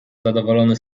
zadowolony